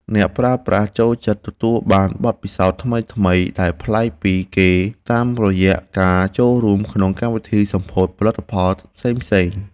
អ្នកប្រើប្រាស់ចូលចិត្តទទួលបានបទពិសោធន៍ថ្មីៗដែលប្លែកពីគេតាមរយៈការចូលរួមក្នុងកម្មវិធីសម្ពោធផលិតផលផ្សេងៗ។